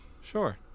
Sure